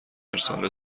ارسال